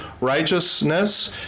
righteousness